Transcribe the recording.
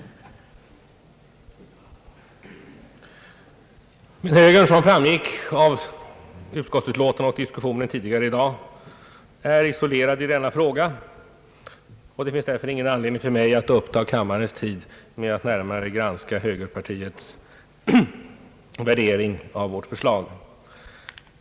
Högern är, som framgår 'av utskottsutlåtandet och som diskussionen tidigare i dag utvisat, isolerad i denna fråga, och det finns därför ingen anledning för mig att uppta kammarens tid med att granska högerpartiets värdering av vårt förslag.